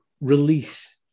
release